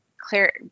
clear